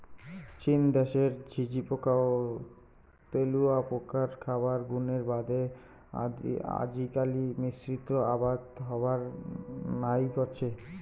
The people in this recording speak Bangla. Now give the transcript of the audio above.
চীন দ্যাশের ঝিঁঝিপোকা ও তেলুয়াপোকার খাবার গুণের বাদে আজিকালি মিশ্রিত আবাদ হবার নাইগচে